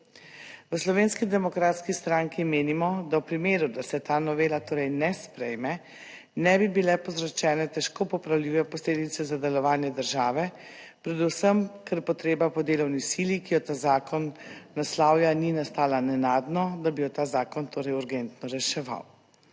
V Slovenski demokratski stranki menimo, da v primeru, da se ta novela torej ne sprejme, ne bi bile povzročene težko popravljive posledice za delovanje države, predvsem ker potreba po delovni sili, ki jo ta zakon naslavlja, ni nastala nenadno, da bi jo ta zakon torej urgentno reševal.